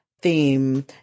theme